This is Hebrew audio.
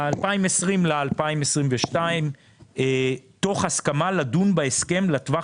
מ-2020 עד 2022. תוך הסכמה לדון בהסכם לטווח